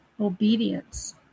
Obedience